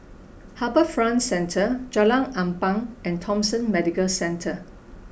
HarbourFront Centre Jalan Ampang and Thomson Medical Centre